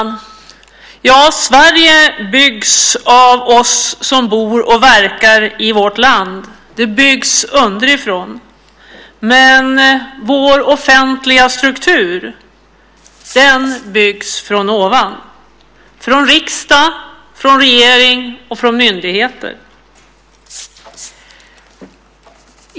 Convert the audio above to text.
Herr talman! Sverige byggs av oss som bor och verkar i landet. Det byggs underifrån, men vår offentliga struktur byggs från ovan, från riksdag, från regering och från myndigheter.